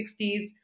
60s